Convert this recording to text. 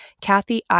Kathy